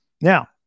Now